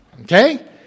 Okay